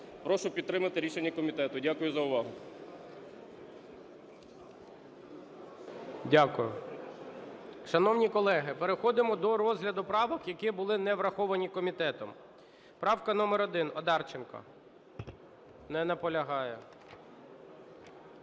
Прошу підтримати рішення комітету. Дякую за увагу. ГОЛОВУЮЧИЙ. Дякую. Шановні колеги, переходимо до розгляду правок, які були не враховані комітетом. Правка номер 1, Одарченко. Не наполягає.